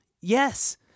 Yes